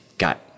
got